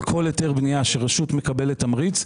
על כל היתר בנייה שרשות מקבלת תמריץ,